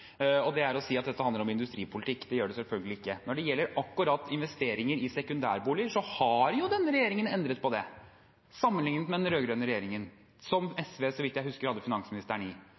folk på, ved å si at dette handler om industripolitikk. Det gjør det selvfølgelig ikke. Når det gjelder investeringer i sekundærboliger, har jo denne regjeringen endret på det, sammenliknet med den rød-grønne regjeringen, som SV – så vidt jeg husker – hadde finansministeren i.